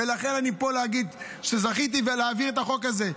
ולכן, אני פה כדי להגיד שזכיתי להביא את החוק הזה.